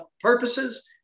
purposes